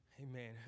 Amen